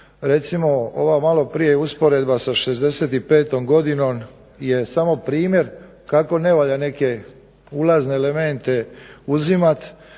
Recimo ova malo prije usporedba sa 65. godinom je samo primjer kako ne valja neke ulazne elemente uzimati,